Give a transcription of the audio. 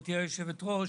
גברתי היושבת ראש,